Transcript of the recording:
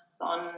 on